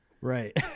Right